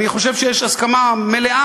אני חושב שיש הסכמה מלאה על